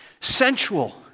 sensual